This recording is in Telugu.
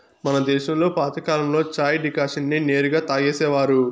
మన దేశంలో పాతకాలంలో చాయ్ డికాషన్ నే నేరుగా తాగేసేవారు